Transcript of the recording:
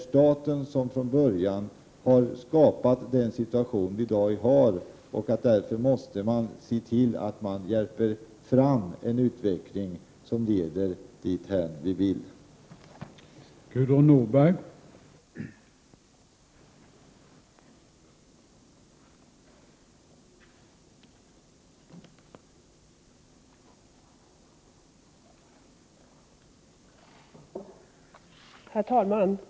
Staten har från början skapat den situation som vi nu har hamnat i, och därför måste också staten se till att utvecklingen leder dithän vi vill att den skall leda.